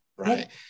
Right